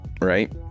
right